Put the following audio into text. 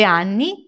anni